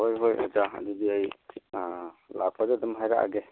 ꯍꯣꯏ ꯍꯣꯏ ꯑꯣꯖꯥ ꯑꯗꯨꯗꯤ ꯑꯩ ꯑꯥ ꯂꯥꯛꯄꯗ ꯑꯗꯨꯝ ꯍꯥꯏꯔꯛꯑꯒꯦ